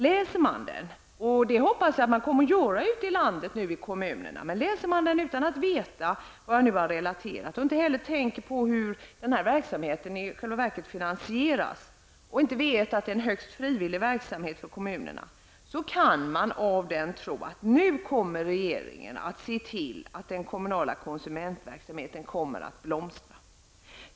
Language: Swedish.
Läser man den, och det hoppas jag att man kommer att göra i landets kommuner, utan att veta det jag nu har relaterat och om man inte tänker på hur den här verksamheten i själva verket finansieras samt inte vet att det är en högst frivillig verksamhet för kommunerna, kan man tro att nu kommer regeringen att se till att den kommunala konsumentverksamheten kommer att blomstra.